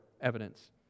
evidence